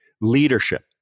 leadership